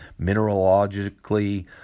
Mineralogically